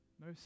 no